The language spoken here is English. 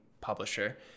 publisher